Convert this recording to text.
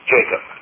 Jacob